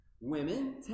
Women